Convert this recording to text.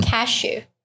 Cashew